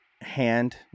hand